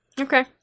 Okay